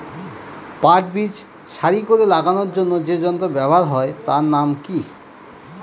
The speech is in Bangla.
পাট বীজ সারি করে লাগানোর জন্য যে যন্ত্র ব্যবহার হয় তার নাম কি?